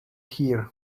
here